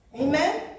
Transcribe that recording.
Amen